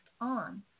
on